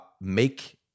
make